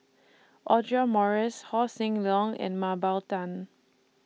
Audra Morrice Haw Shin Leong and Mah Bow Tan